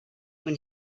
when